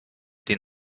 den